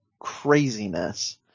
craziness